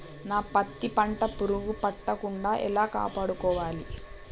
నా పత్తి పంట పురుగు పట్టకుండా ఎలా కాపాడుకోవాలి?